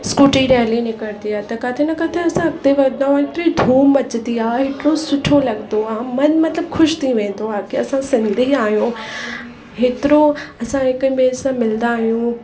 scooty rally निकरंदी आहे त किथे न किथे असां अॻिते वधंदा आहियूं हेतरी धूम मचंदी आहे हेतिरो सुठो लॻंदो आहे मनु मतिलबु ख़ुशि थी वेंदो आहे की असां सिंधी आहियूं हेतिरो असां हिक ॿिए सां मिलंदा आहियूं